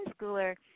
schooler